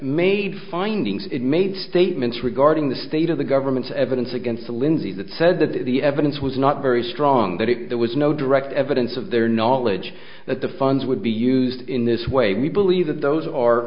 made findings it made statements regarding the state of the government's evidence against the lindsay that said that the evidence was not very strong that it there was no direct evidence of their knowledge that the funds would be used in this way we believe that those are